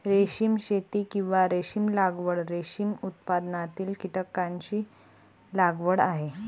रेशीम शेती, किंवा रेशीम लागवड, रेशीम उत्पादनातील कीटकांची लागवड आहे